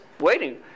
waiting